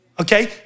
Okay